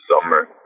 summer